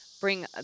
bring